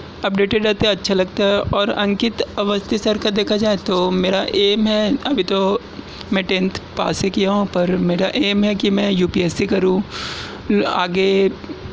updated رہتا ہے اچھا لگتا ہے اور انکت اوستھی سر کا دیکھا جائے تو میرا ایم ہے ابھی تو میں ٹینتھ پاس ہی کیا ہوں پر میرا ایم ہے کہ میں یو پی ایس سی کروں آگے